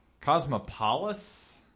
Cosmopolis